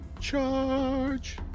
Charge